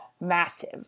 massive